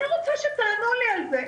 אני רוצה שתענו לי על זה,